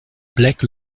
black